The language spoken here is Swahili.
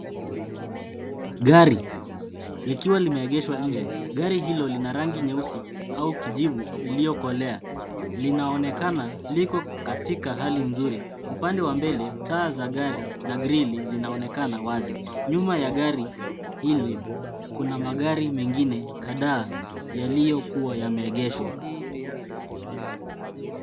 Gari likiwa limeegeshwa nje. Gari hilo lina rangi nyeusi au kijivu iliyokolea. Linaonekana liko katika hali nzuri. Upande wa mbele taa za gari na grili zinaonekana wazi. Nyuma ya gari hilo kuna magari mengine kadhaa yaliyokuwa yameegeshwa.